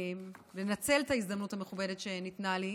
לנצל את ההזדמנות המכובדת שניתנה לי